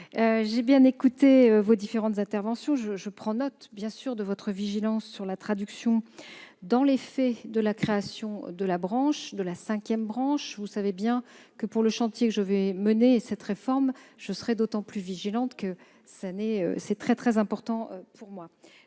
J'ai bien écouté vos différentes interventions. Je prends note, bien sûr, de votre vigilance sur la traduction dans les faits de la création de la cinquième branche. Vous savez bien que, dans le chantier que je vais mener, je serais d'autant plus vigilante que cette réforme est très importante pour moi.